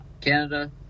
Canada